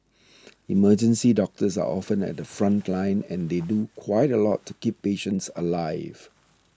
emergency doctors are often at the front line and they do quite a lot to keep patients alive